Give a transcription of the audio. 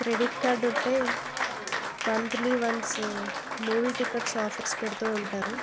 credit card ఉంటే monthly once movie tickets offers పెడుతూ ఉంటారు